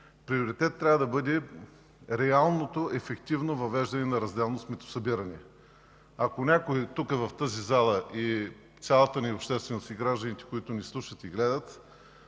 приоритет трябва да бъде реалното, ефективно въвеждане на разделно сметосъбиране. Ако някой тук, в тази зала, цялата ни общественост и гражданите, които ни слушат и гледат,